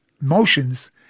motions